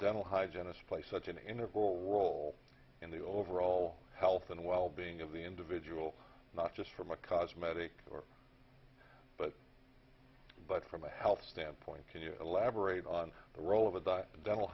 dental hygienists play such an integral role in the overall health and well being of the individual not just from a cosmetic or but but from a health standpoint can you elaborate on the role of the dental